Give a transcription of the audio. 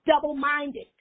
double-minded